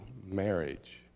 marriage